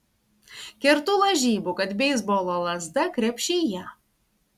kertu lažybų kad beisbolo lazda krepšyje